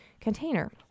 container